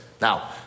Now